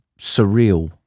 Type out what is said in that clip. surreal